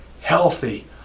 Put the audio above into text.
healthy